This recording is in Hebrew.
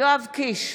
יואב קיש,